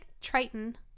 Triton